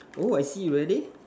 oh I see will they